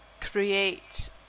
create